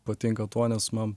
patinka tuo nes man